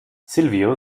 silvio